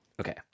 Okay